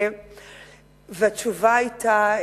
והתשובה היתה: